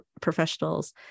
professionals